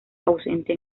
ausente